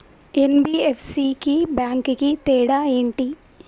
NBFC కి bank కి తేడా ఏంటి?